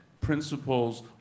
principles